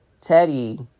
Teddy